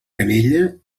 canella